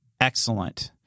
excellent